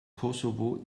kosovo